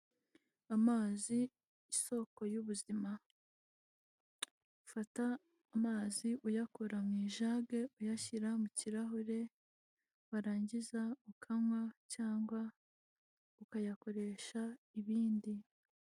Amazi isoko y'ubuzima. Fata amazi uyakora mu ijage uyashyira mu kirahure, warangiza ukanywa cyangwa ukayakoresha ibindi.